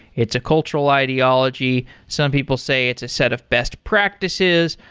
it's a cultural ideology. some people say it's a set of best practices.